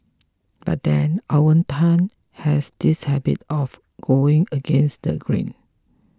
but then Owen Tan has this habit of going against the grain